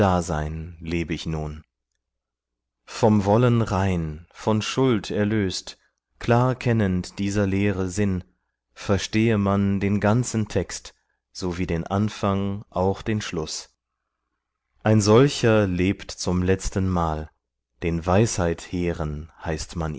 leb ich nun vom wollen rein von schuld erlöst klar kennend dieser lehre sinn verstehe man den ganzen text so wie den anfang auch den schluß ein solcher lebt zum letzten mal den weisheithehren heißt man